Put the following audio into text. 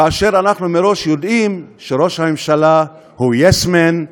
כאשר אנחנו מראש יודעים שראש הממשלה הוא "יס-מן"